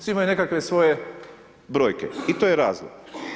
Svi imaju nekakve svoje broje i to je razlog.